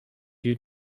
you